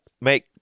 make